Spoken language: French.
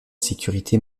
sécurité